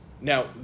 Now